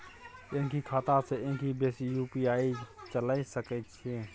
एक ही खाता सं एक से बेसी यु.पी.आई चलय सके छि?